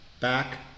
back